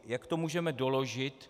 Jak to můžeme doložit?